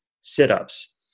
sit-ups